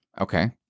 Okay